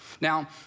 Now